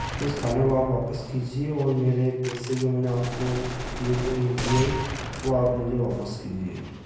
इस खाने को आप वापस कीजिए और मेरे पैसे जो मैनें आपको किए थे यू पी आई वो आप मुझे वापस कीजिए